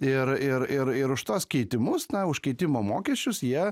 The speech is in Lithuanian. ir ir ir ir už tuos keitimus na už keitimo mokesčius jie